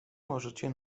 możecie